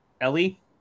Ellie